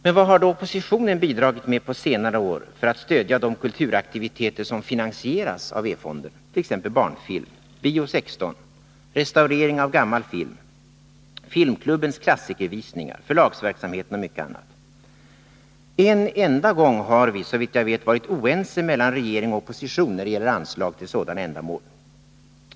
Men vad har då oppositionen bidragit med på senare år för att stödja de kulturaktiviteter som finansieras av E-fonden, t.ex. barnfilm, Bio 16, restaurering av gammal film, filmklubbens klassikervisningar, förlagsverksamheten och mycket annat? Såvitt jag vet har regeringen och oppositionen en enda gång varit oense när det gäller anslag till sådana ändamål.